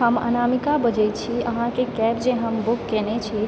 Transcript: हम अनामिका बजय छी अहाँके कैब जे हम बुक कयने छी